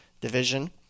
division